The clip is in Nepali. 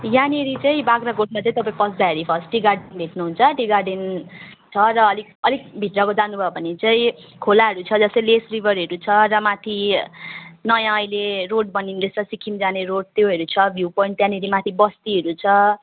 यहाँनिर चाहिँ बाग्राकोटमा चाहिँ तपाईँ पस्दाखेरि फर्स्ट टी गार्डन भट्नु हुन्छ टी गार्डन छ र अलिक अलिक भित्र जानु भयो भने चाहिँ खोलाहरू छ जस्तै लेस रिभरहरू छ र माथि नयाँ अहिले रोड बनिँदैछ सिक्किम जाने रोड त्योहरू छ भ्यू पोइन्ट त्यहाँनिर माथि बस्तीहरू छ